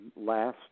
last